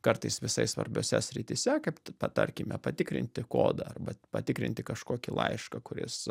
kartais visai svarbiose srityse kaip tarkime patikrinti kodą arba patikrinti kažkokį laišką kuris